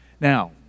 Now